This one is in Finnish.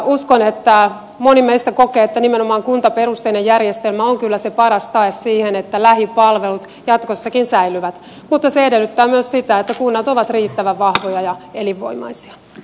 uskon että moni meistä kokee että nimenomaan kuntaperusteinen järjestelmä on kyllä se paras tae sille että lähipalvelut jatkossakin säilyvät mutta se edellyttää myös sitä että kunnat ovat riittävän vahvoja ja elinvoimaisia